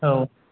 औ